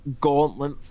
gauntlet